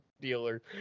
dealer